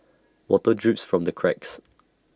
water drips from the cracks